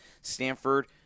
Stanford